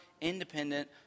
independent